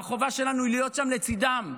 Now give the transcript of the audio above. והחובה שלנו היא להיות שם לצידם,